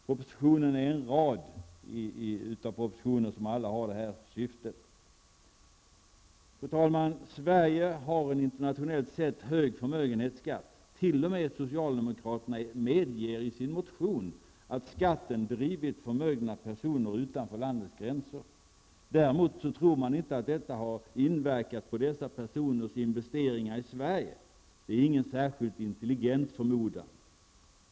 Propositionen är en i en rad av propositioner som alla har detta syfte. Fru talman! Sverige har en internationellt sett hög förmögenhetsskatt. T.o.m. socialdemokraterna medger i sin motion att skatten har drivit förmögna personer utanför landets gränser. Däremot tror socialdemokraterna inte att detta har inverkat på dessa personers investeringar i Sverige. Det är ingen särskilt intelligent förmodan.